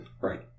Right